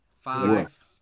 five